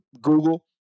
Google